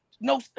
no